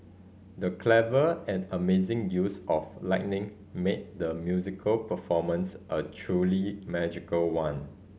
the clever and amazing use of lighting made the musical performance a truly magical one